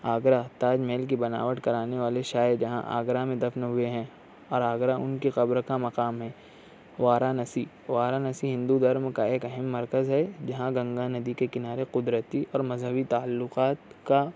آگرا تاج محل کی بناوٹ کرانے والے شاہجہاں آگرہ میں دفن ہوئے ہیں اور آگرہ ان کی قبر کا مقام ہے وارانسی وارانسی ہندو دھرم کا ایک اہم مر کز ہے جہاں گنگا ندی کے کنارے قدرتی اور مذہبی تعلقات کا